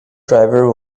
driver